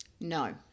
No